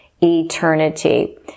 eternity